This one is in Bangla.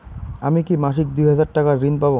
আমি কি মাসিক দুই হাজার টাকার ঋণ পাব?